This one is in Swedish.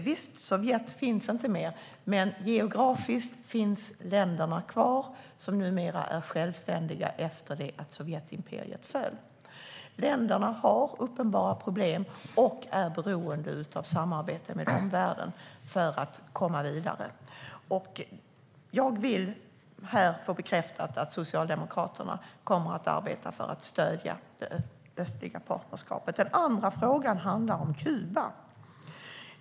Visst, Sovjet finns inte mer, men geografiskt finns länderna kvar. De är numera självständiga efter det att Sovjetimperiet föll. Länderna har uppenbara problem och är beroende av samarbete med omvärlden för att komma vidare. Jag vill här få bekräftat att Socialdemokraterna kommer att arbeta för att stödja det östliga partnerskapet. Den andra frågan handlar om Kuba.